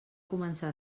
començar